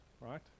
right